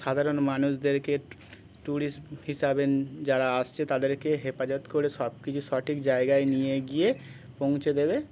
সাধারণ মানুষদেরকে টুরিস্ট হিসাবে যারা আসছে তাদেরকে হেপাজাত করে সব কিছু সঠিক জায়গায় নিয়ে গিয়ে পৌঁছে দেবে